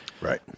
Right